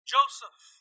Joseph